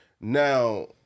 Now